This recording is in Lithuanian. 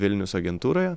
vilnius agentūroje